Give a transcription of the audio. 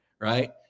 right